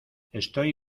estoy